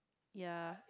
ya